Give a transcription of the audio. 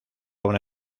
una